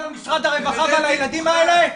--- אותם למשרד הרווחה ועל הילדים האלה?